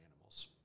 animals